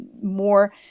more